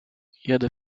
jadę